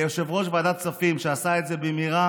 ליושב-ראש ועדת הכספים, שעשה את זה מהר,